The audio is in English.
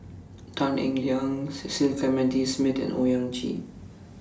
Tan Eng Liang Cecil Clementi Smith and Owyang Chi